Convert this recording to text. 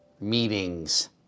meetings